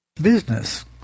Business